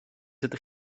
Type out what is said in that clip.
ydych